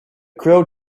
crow